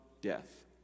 death